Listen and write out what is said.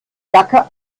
jacke